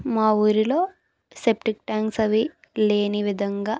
మా ఊరిలో septic tanks అవి లేని విధంగా